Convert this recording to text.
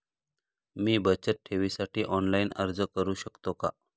मी बचत ठेवीसाठी ऑनलाइन अर्ज करू शकतो का?